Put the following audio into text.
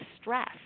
stress